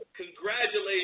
Congratulations